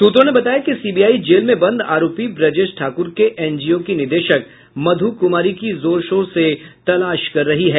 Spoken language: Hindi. सूत्रों ने बताया कि सीबीआई जेल में बंद आरोपी ब्रजेश ठाकुर के एनजीओ की निदेशक मधु कुमारी की जोर शोर से तलाश कर रही है